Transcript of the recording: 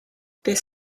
this